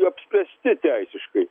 apspręsti teisiškai